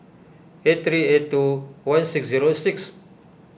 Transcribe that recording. eight three eight two one six zero six